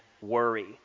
worry